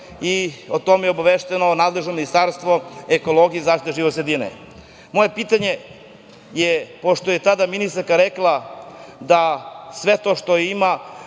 i o tome je obavešteno nadležno Ministarstvo ekologije i zaštite životne sredine. Pošto je tada ministarka rekla da sve to što ima,